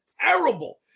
terrible